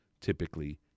typically